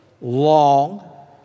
long